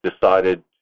decided